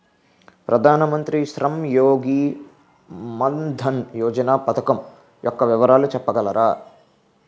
ప్రధాన మంత్రి శ్రమ్ యోగి మన్ధన్ యోజన పథకం యెక్క వివరాలు చెప్పగలరా?